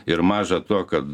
ir maža to kad